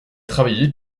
travailler